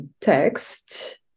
text